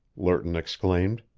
lerton exclaimed.